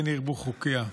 כן ירבו חוקיה.